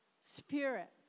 spirit